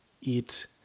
eat